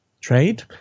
trade